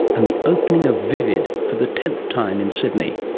and the opening of vivid for the tenth time in sydney.